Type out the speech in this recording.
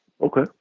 Okay